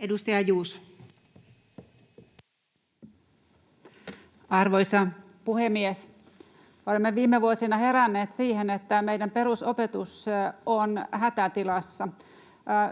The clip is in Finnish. Edustaja Juuso. Arvoisa puhemies! Olemme viime vuosina heränneet siihen, että meidän perusopetus on hätätilassa.